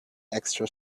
extra